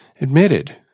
Admitted